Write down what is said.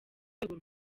rwego